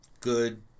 good